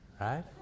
Right